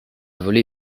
volé